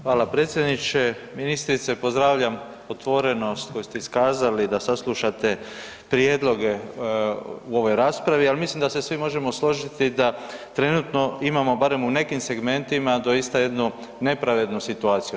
Hvala predsjedniče, ministrice pozdravljam otvorenost koju ste iskazali da saslušate prijedloge u ovoj raspravi, ali mislim da se svi možemo složiti da trenutno imamo barem u nekim segmentima doista jednu nepravednu situaciju.